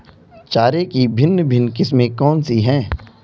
चारे की भिन्न भिन्न किस्में कौन सी हैं?